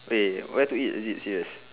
wait where to eat legit serious